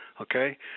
okay